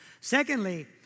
Secondly